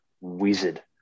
wizard